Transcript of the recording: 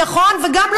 וגם,